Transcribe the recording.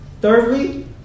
Thirdly